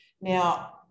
Now